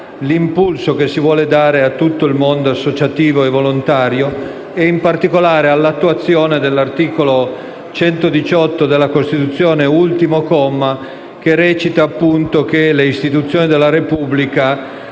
nell'impulso che si vuole dare a tutto il mondo associativo e volontario, e in particolare all'attuazione dell'articolo 118 della Costituzione, ultimo comma, secondo cui le istituzioni della Repubblica